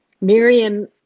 Miriam